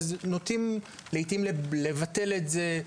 אז לעיתים נוטים לבטל את זה,